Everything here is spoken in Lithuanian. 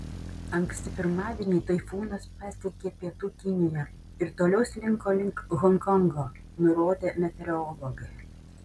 anksti pirmadienį taifūnas pasiekė pietų kiniją ir toliau slinko link honkongo nurodė meteorologai